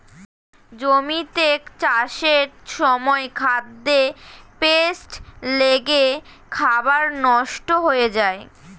জমিতে চাষের সময় খাদ্যে পেস্ট লেগে খাবার নষ্ট হয়ে যায়